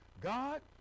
God